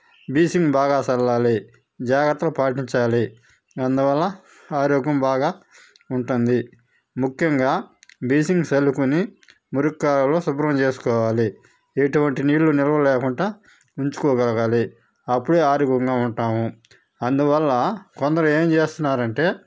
bleaching బాగా చల్లాలి జాగ్రత్తలు పాటించాలి అందువల్ల ఆరోగ్యం బాగా ఉంటుంది ముఖ్యంగా బ్లీచింగ్ చల్లుకుని మురికి కాలువలు శుభ్రం చేసుకోవాలి ఎటువంటి నీళ్ళు నిలువ లేకుండా ఉంచుకోగలగాలి అప్పుడే ఆరోగ్యంగా ఉంటాము అందువల్ల కొందరు ఏం చేస్తున్నారు అంటే